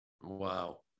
Wow